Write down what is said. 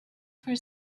for